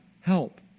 help